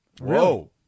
Whoa